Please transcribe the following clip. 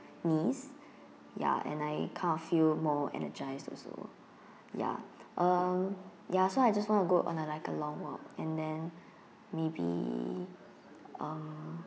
knees ya and I kind of feel more energised also ya uh ya so I just want to go on like a long walk and then maybe uh